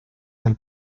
del